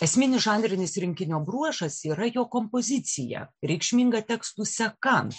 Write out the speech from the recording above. esminis žanrinis rinkinio bruožas yra jo kompozicija reikšminga tekstų se ka